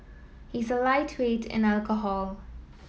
he is a lightweight in alcohol